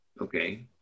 okay